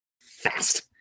fast